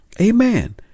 Amen